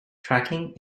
tracking